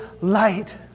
light